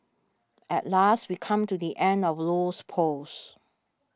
at last we come to the end of Low's post